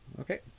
Okay